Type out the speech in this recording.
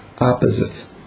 opposites